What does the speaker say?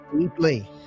deeply